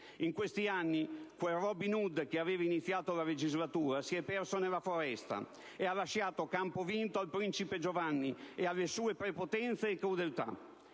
In questi anni quel Robin Hood che aveva iniziato la legislatura si è perso nella foresta e ha lasciato campo vinto al principe Giovanni e alle sue prepotenze e crudeltà.